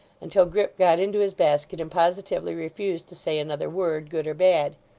until grip got into his basket, and positively refused to say another word, good or bad.